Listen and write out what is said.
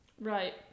Right